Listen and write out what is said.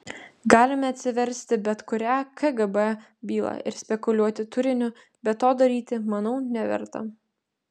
galime atsiversti bet kurią kgb bylą ir spekuliuoti turiniu bet to daryti manau neverta